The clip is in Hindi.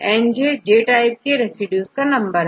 Njj टाइप के रेसिड्यू का नंबर है